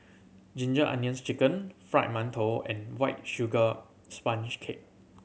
Ginger Onions Chicken Fried Mantou and White Sugar Sponge Cake